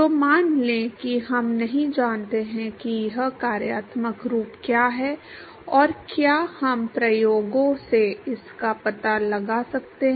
तो मान लें कि हम नहीं जानते कि यह कार्यात्मक रूप क्या है और क्या हम प्रयोगों से इसका पता लगा सकते हैं